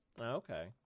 okay